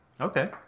Okay